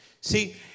See